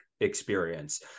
experience